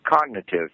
cognitive